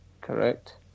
Correct